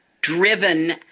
driven